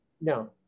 No